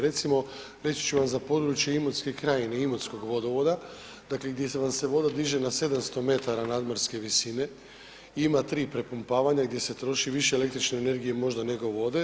Reći ću vam za područje Imotske krajine i imotskog vodovoda, dakle gdje vam se voda diže na 700 metara nadmorske visine i ima tri prepumpavanja i gdje se troši više električne energije možda nego vode.